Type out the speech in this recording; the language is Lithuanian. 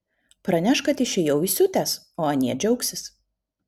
praneš kad išėjau įsiutęs o anie džiaugsis